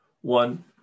one